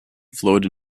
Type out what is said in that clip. flowed